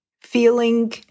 feeling